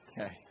okay